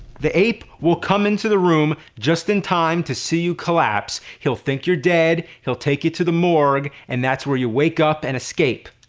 the ape will come into the room just in time to see you collapse, he'll think you're dead, he'll take you to the morgue and that's where you wake up and escape.